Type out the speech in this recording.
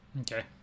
Okay